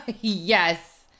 Yes